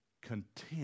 content